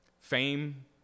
Fame